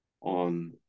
on